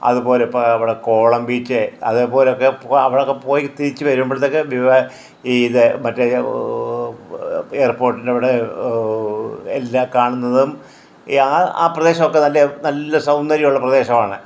അതുപോലെ ഇപ്പോൾ കോവളം ബീച്ച് അതുപോലെയൊക്കെ അവിടെയൊക്കെ പോയി തിരിച്ചു വരുമ്പോളത്തെക്ക് വിമാ ഇത് മറ്റേ എയർപോർട്ടിൻ്റവിടെ എല്ലാം കാണുന്നതും ആ ആ പ്രദേശമൊക്കെ നല്ല സൗന്ദര്യമുള്ള പ്രദേശമാണ്